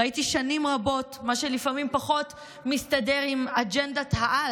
ראיתי שנים רבות מה שלפעמים פחות מסתדר עם אג'נדת-העל,